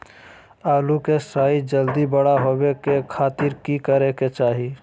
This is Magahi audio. आलू के साइज जल्दी बड़ा होबे के खातिर की करे के चाही?